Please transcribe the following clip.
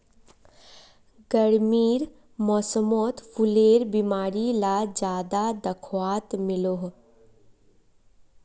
गर्मीर मौसमोत फुलेर बीमारी ला ज्यादा दखवात मिलोह